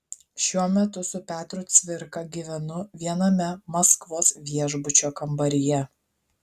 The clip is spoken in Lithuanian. šiuo metu su petru cvirka gyvenu viename maskvos viešbučio kambaryje